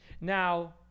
Now